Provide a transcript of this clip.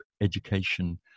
Education